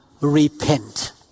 repent